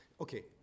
okay